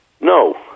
no